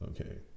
okay